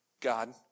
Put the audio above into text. God